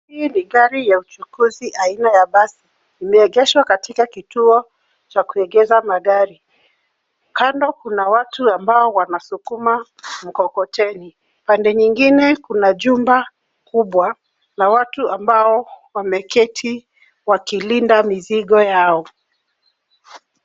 Hii ni gari ya uchukuzi aina ya basi. Imeegeshwa katika kituo cha kuegesha magari. Kando kuna watu ambao wanasukuma mkokoteni. Pande nyingine kuna jumba kubwa la watu ambao wameketi wakilinda mizigo yao.